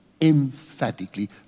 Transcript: emphatically